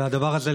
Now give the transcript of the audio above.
והדבר הזה,